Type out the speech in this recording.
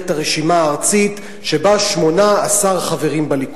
הרשימה הארצית שבה 18 חברים בליכוד.